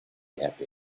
happy